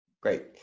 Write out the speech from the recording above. Great